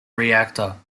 reactor